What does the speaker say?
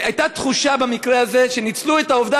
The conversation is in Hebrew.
הייתה תחושה במקרה הזה שניצלו את העובדה